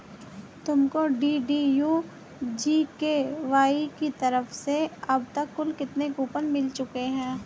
तुमको DDU GKY की तरफ से अब तक कुल कितने कूपन मिल चुके हैं?